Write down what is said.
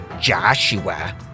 Joshua